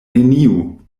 neniu